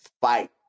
fight